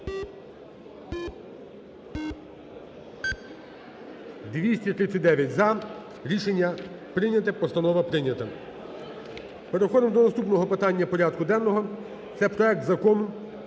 За-239 Рішення прийнято, постанова прийнята. Переходимо до наступного питання порядку денного – це проект Закону